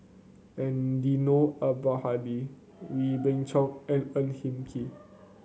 Eddino Abdul Hadi Wee Beng Chong and Ang Hin Kee